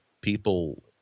people